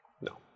no